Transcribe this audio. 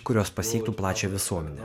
kurios pasiektų plačią visuomenę